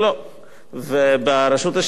וברשות השידור זה שונה מאוד.